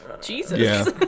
Jesus